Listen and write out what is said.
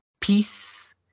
peace